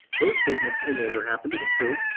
those statements, in order, happen to be true,